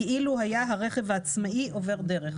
כאילו היה הרכב העצמאי עובר דרך.